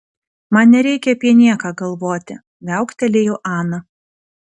man nereikia apie nieką galvoti viauktelėjo ana